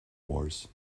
wars